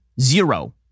zero